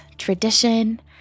tradition